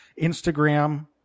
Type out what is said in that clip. Instagram